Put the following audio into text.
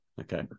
Okay